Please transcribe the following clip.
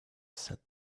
said